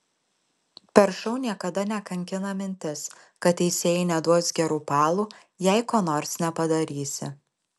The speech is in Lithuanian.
per šou niekada nekankina mintis kad teisėjai neduos gerų balų jei ko nors nepadarysi